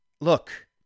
look